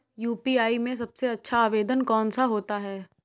UPI में सबसे अच्छा आवेदन कौन सा होता है?